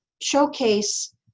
showcase